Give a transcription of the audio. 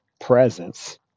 presence